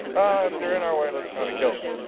if they are in our way let's kind of kill them.